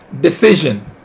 decision